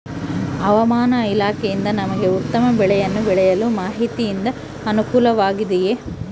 ಹವಮಾನ ಇಲಾಖೆಯಿಂದ ನಮಗೆ ಉತ್ತಮ ಬೆಳೆಯನ್ನು ಬೆಳೆಯಲು ಮಾಹಿತಿಯಿಂದ ಅನುಕೂಲವಾಗಿದೆಯೆ?